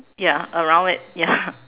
ya around it ya